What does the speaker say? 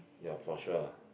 ya Porche lah